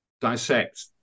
dissect